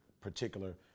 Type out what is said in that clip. particular